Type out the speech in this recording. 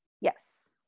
Yes